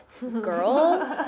girls